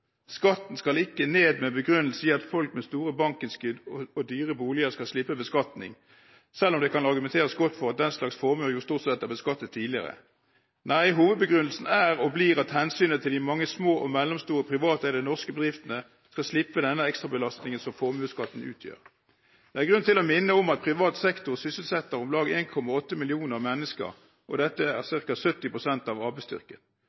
Skatten skal ikke ned med begrunnelse i at folk med store bankinnskudd og dyre boliger skal slippe beskatning, selv om det kan argumenteres godt for at den slags formue stort sett er beskattet tidligere. Nei, hovedbegrunnelsen er og blir at hensynet til de mange små og mellomstore privateide norske bedriftene skal slippe denne ekstrabelastningen som formuesskatten utgjør. Det er grunn til å minne om at privat sektor sysselsetter om lag 1,8 millioner mennesker, og dette er ca. 70 pst. av